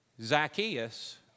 Zacchaeus